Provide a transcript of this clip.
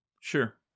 sure